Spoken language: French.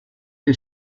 que